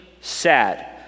sad